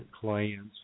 clients